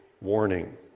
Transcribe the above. warning